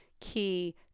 key